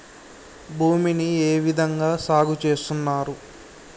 భూమిని ఏ విధంగా సాగు చేస్తున్నారు?